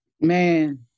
Man